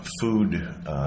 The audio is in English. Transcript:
food